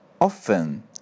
often